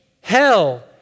hell